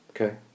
Okay